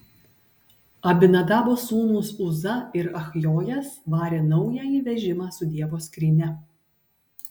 abinadabo sūnūs uza ir achjojas varė naująjį vežimą su dievo skrynia